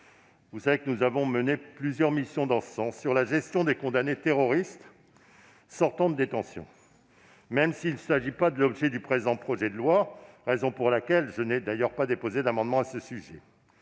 Vous le savez, nous avons mené plusieurs missions sur la gestion des condamnés terroristes sortant de détention. Même s'il ne s'agit pas de l'objet du présent projet de loi, raison pour laquelle je n'ai pas déposé d'amendement à ce sujet,